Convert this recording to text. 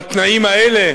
בתנאים האלה,